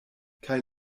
kaj